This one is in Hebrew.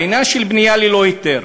העניין של בנייה ללא היתר,